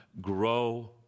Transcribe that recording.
grow